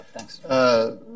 Thanks